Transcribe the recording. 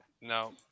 no